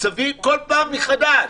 צריך להביא בכל פעם מחדש?